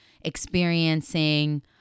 experiencing